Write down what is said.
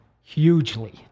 hugely